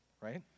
right